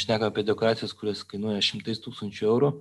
šnekam apie dekoracijas kurios kainuoja šimtais tūkstančių eurų